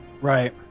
right